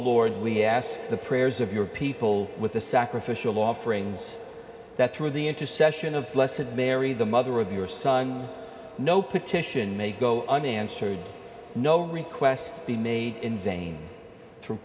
lord we ask the prayers of your people with the sacrificial offerings that through the intercession of blessing mary the mother of your son no petition may go unanswered no request be made in vain through